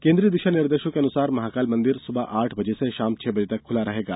केन्द्रीय दिशा निर्देशों के अनुसार महाकाल मंदिर सुबह आठ बजे से शाम छह बजे तक खुला रहेगा